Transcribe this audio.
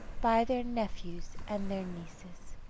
by their nephews and their nieces.